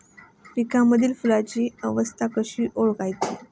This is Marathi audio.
पिकांमधील फुलांची अवस्था कशी ओळखायची?